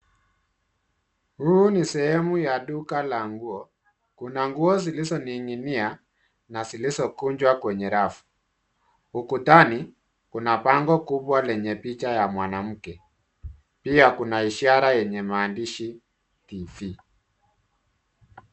Huu ni sehemu ya duka la nguo, kuna nguo zilizoning'inia, na zilizokunjwa kwenye rafu. Ukutani kuna bango kubwa lenye picha ya mwanamke. Pia kuna ishara yenye maandishi TV.